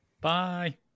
Bye